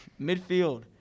Midfield